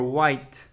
white